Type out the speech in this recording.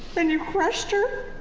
and you crushed her,